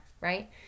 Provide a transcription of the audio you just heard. right